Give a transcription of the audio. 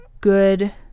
good